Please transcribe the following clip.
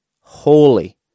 holy